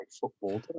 football